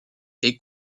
est